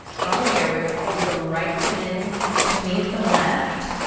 from here we're gonna pull the right foot in to meet the left,